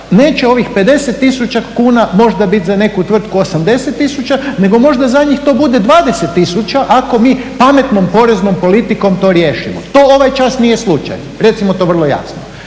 neće ovih 50 tisuća kuna možda biti za neku tvrtku 80 tisuća, nego možda za njih to bude 20 tisuća ako mi pametnom poreznom politikom to riješimo. To ovaj čas nije slučaj, recimo to vrlo jasno.